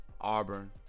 Auburn